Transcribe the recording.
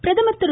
பிரதமர் திரு